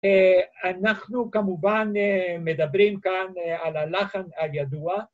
אנחנו כמובן מדברים כאן על הלחן הידוע